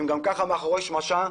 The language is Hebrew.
גם כך הם מאחורי שמשה.